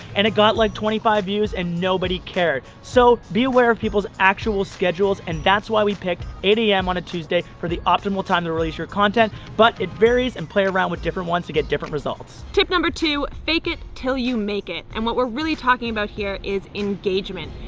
and it got like twenty five views and nobody care so be aware of people's actual schedules and that's why we picked eight a m. on a tuesday for the optimal time to release your content but it varies and play around with different ones to get different results. tip number two, fake it till you make it. and what we're really talking about here is engagement.